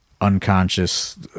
Unconscious